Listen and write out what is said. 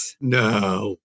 No